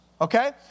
Okay